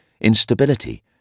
instability